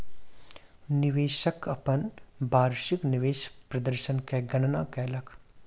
निवेशक अपन वार्षिक निवेश प्रदर्शन के गणना कयलक